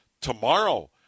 tomorrow